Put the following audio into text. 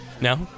no